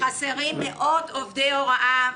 חסרים מאות עובדי הוראה,